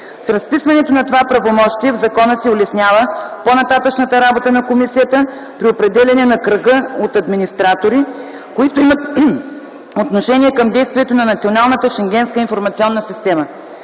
С разписването на това правомощие в закона се улеснява по-нататъшната работа на комисията при определяне на кръга от администратори, които имат отношение към действието на Националната Шенгенска информационна система.